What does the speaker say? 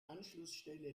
anschlussstelle